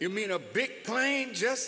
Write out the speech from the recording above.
you mean a big plane just